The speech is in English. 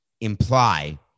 imply